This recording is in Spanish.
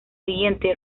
siguiente